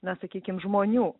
na sakykim žmonių